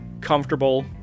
comfortable